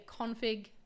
config